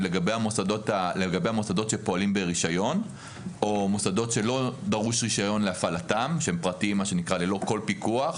ולגבי המוסדות שפועלים ברישיון שפועלים בפיקוח,